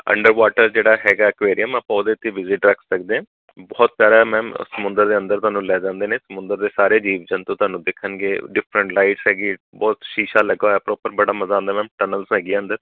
under water ਜਿਹੜਾ ਹੈਗਾ aquarium ਆਪਾਂ ਉਹਦੇ 'ਤੇ ਵਿਜਿਟ ਰੱਖ ਸਕਦੇ ਹਾਂ ਬਹੁਤ ਪਿਆਰਾ ਮੈਮ ਸਮੁੰਦਰ ਦੇ ਅੰਦਰ ਤੁਹਾਨੂੰ ਲੈ ਜਾਂਦੇ ਨੇ ਸਮੁੰਦਰ ਦੇ ਸਾਰੇ ਜੀਵ ਜੰਤੂ ਤੁਹਾਨੂੰ ਦਿਖਣਗੇ ਡਿਫਰੈਂਟ ਲਾਈਵਸ ਹੈਗੀ ਬਹੁਤ ਸ਼ੀਸ਼ਾ ਲੱਗਿਆ ਹੋਇਆ ਪ੍ਰੋਪਰ ਬੜਾ ਮਜ਼ਾ ਆਉਂਦਾ ਮੈਮ ਟਨਲਸ ਹੈਗੀਆਂ ਅੰਦਰ